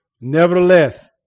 Nevertheless